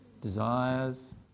Desires